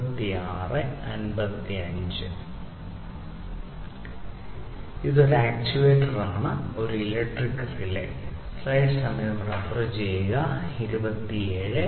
ഇത് ഒരു ആക്റ്റുവേറ്ററാണ് ഒരു ഇലക്ട്രിക് റിലേ